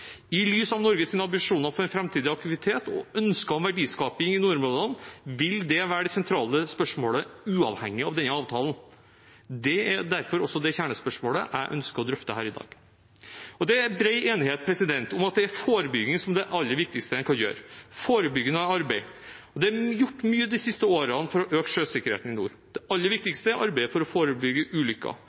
I lys av Norges ambisjoner for framtidig aktivitet og ønske om verdiskaping i nordområdene vil det være det sentrale spørsmålet, uavhengig av denne avtalen. Det er derfor også det kjernespørsmålet jeg ønsker å drøfte her i dag. Det er bred enighet om at det er forebygging som er det aller viktigste en kan gjøre – forebyggende arbeid. Det er gjort mye de siste årene for å øke sjøsikkerheten i nord. Det aller viktigste er arbeidet for å forebygge ulykker.